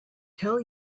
tell